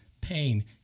pain